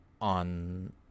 on